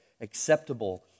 acceptable